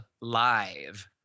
live